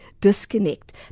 disconnect